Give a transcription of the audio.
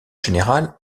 général